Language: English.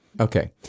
Okay